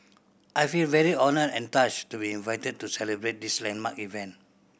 I feel very honoured and touched to be invited to celebrate this landmark event